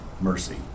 mercy